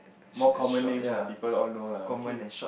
more common names ah people all know lah okay